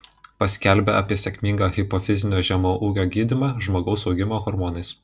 paskelbė apie sėkmingą hipofizinio žemaūgio gydymą žmogaus augimo hormonais